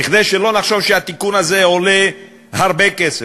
כדי שלא נחשוב שהתיקון הזה עולה הרבה כסף,